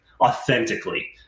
authentically